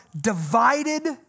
divided